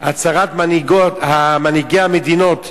הצהרת מנהיגי מדינות ה-8G,